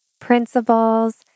principles